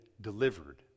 delivered